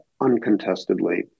uncontestedly